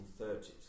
1930s